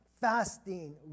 fasting